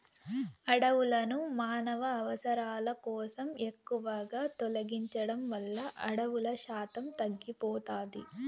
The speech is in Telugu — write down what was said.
అడవులను మానవ అవసరాల కోసం ఎక్కువగా తొలగించడం వల్ల అడవుల శాతం తగ్గిపోతాది